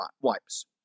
wipes